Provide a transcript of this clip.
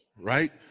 right